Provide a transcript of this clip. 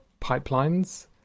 pipelines